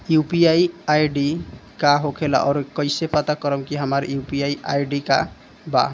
UPI ID का होखेला और कईसे पता करम की हमार यू.पी.आई आई.डी का बा?